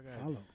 follow